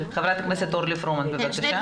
ח"כ אורלי פרומן בבקשה.